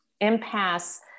impasse